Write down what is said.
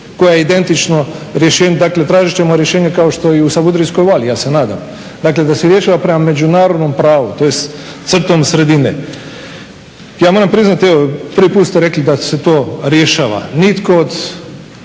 koja je identična rješenju. Dakle, tražiti ćemo rješenje kao što je i u Savudrijskoj vali, ja se nadam, dakle da se rješava prema međunarodnom pravu tj. crtom sredine. Ja moram priznati evo, prvi put ste rekli da se to rješava. Nitko od